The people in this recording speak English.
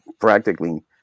practically